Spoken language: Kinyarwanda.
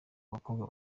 abakobwa